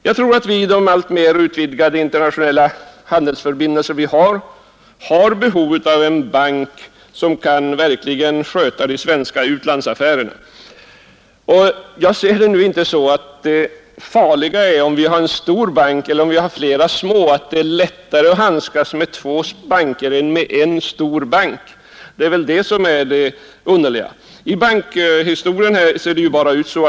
Jag tror att vi i våra alltmer utvidgade internationella handelsförbindelser har behov av en bank, som verkligen kan sköta de svenska utlandsaffärerna. Jag kan inte se att det är farligare att vi har en stor bank än att vi har flera små eller att det är lättare att handskas med två banker än med en stor bank.